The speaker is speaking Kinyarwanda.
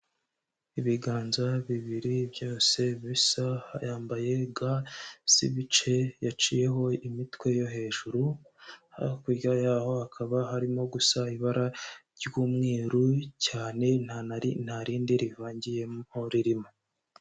Ibiganza bibiri byose bisa, yambaye ga z'ibice yaciyeho imitwe yo hejuru, hakurya yaho hakaba harimo gusa ibara ry'umweru cyane ntarindi rivangiyemo ririmo.